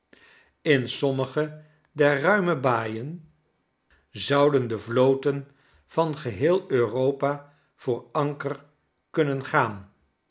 in sommige der ruime baaien zouden de vloten van geheel euro pa voor anker kunnen gaan